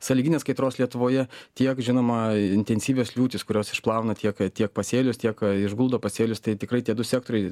sąlyginės kaitros lietuvoje tiek žinoma intensyvios liūtys kurios išplauna tiek tiek pasėlius tiek išguldo pasėlius tai tikrai tie du sektoriai